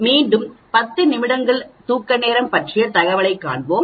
மீண்டும் 10 நிமிடங்கள் தூக்க நேரம் பற்றிய தகவலைக் காண்போம்